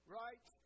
right